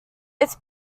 its